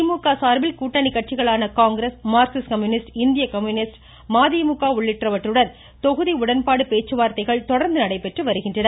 திமுக சார்பில் கூட்டணி கட்சிகளான காங்கிரஸ் மார்க்சிஸ்ட் கம்யூனிஸ்ட் இந்திய கம்யூனிஸ்ட் மதிமுக உள்ளிட்டவற்றுடன் தொகுதி உடன்பாடு பேச்சுவார்த்தைகள் தொடர்ந்து நடைபெற்று வருகின்றன